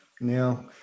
now